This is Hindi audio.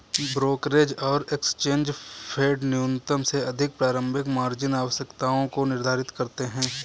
ब्रोकरेज और एक्सचेंज फेडन्यूनतम से अधिक प्रारंभिक मार्जिन आवश्यकताओं को निर्धारित करते हैं